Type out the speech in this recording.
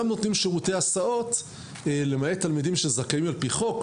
נותנים שירותי הסעות לתלמידים שזכאים על פי חוק,